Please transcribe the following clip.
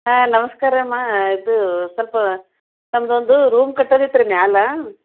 ಹಾಂ ನಮಸ್ಕಾರ ಅಮ್ಮಾ ಅದು ಸ್ವಲ್ಪ ನಮ್ಮದೊಂದು ರೂಮ್ ಕಟ್ಟೋದಿತ್ರಿ ಮ್ಯಾಲೆ